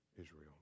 Israel